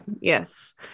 yes